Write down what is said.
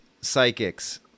psychics